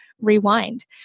Rewind